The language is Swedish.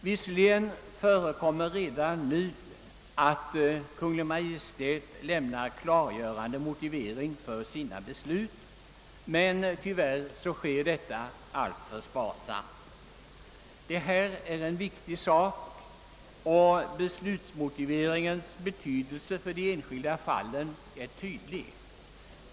Visserligen förekommer det redan nu att Kungl. Maj:t lämnar klargörande motivering för sina beslut, men tyvärr sker det alltför sparsamt. Detta är en viktig sak, och beslutsmotiveringens betydelse för det enskilda fallet är uppenbar.